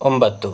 ಒಂಬತ್ತು